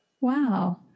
Wow